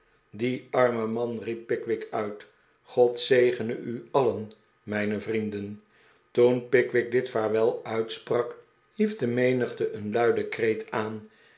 die arme man riep pickwick uit god zegene u alien mijne vrienden toen pickwick dit vaarwel uitsprak hief de menigte een luiden kreet aan